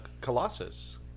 Colossus